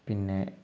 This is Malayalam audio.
പിന്നെ